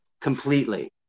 completely